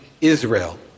Israel